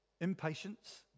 impatience